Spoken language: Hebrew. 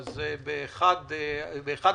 ונתכנס בחזרה ב-13:45.